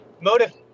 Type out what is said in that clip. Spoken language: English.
Motive